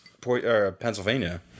Pennsylvania